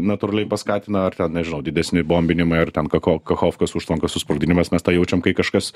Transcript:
natūraliai paskatina ar ten nežinau didesni bombinimai ar ten kako kachovkos užtvankos susprogdinimas mes tą jaučiam kai kažkas